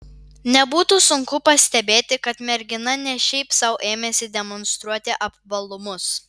nebūtų sunku pastebėti kad mergina ne šiaip sau ėmėsi demonstruoti apvalumus